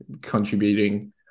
contributing